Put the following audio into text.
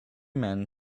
men